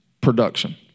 Production